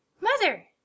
Mother